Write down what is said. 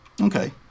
Okay